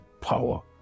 power